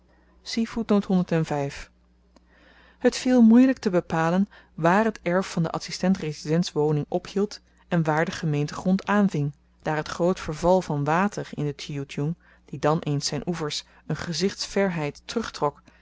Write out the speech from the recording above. het viel moeielyk te bepalen waar t erf van de adsistent residents woning ophield en waar de gemeentegrond aanving daar t groot verval van water in den tjioedjoeng die dan eens zyn oevers een gezichtsverheid